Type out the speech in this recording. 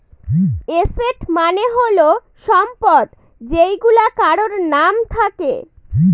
asset মানে হল সম্পদ যেইগুলা কারোর নাম থাকে